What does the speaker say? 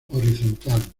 horizontal